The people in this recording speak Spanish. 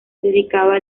dedicaba